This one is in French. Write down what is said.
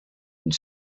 une